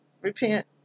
Repent